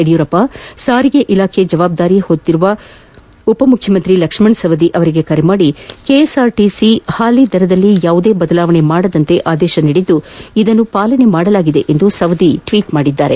ಯಡಿಯೂರಪ್ಪ ಸಾರಿಗೆ ಇಲಾಖೆ ಜವಾಬ್ದಾರಿ ಹೊಂದಿರುವ ಉಪಮುಖ್ಯಮಂತ್ರಿ ಲಕ್ಷಣ ಸವದಿ ಅವರಿಗೆ ಕರೆ ಮಾಡಿ ಕೆಎಸ್ಆರ್ಟಿಸಿ ಹಾಲಿ ದರದಲ್ಲಿ ಯಾವುದೆ ಬದಲಾವಣೆ ಮಾಡದಂತೆ ಆದೇಶ ನೀಡಿದ್ದು ಇದನ್ನು ಪಾಲನೆ ಮಾಡಲಾಗಿದೆ ಎಂದು ಸವದಿ ಟ್ನೀಟ್ನಲ್ಲಿ ತಿಳಿಸಿದ್ದಾರೆ